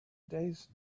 days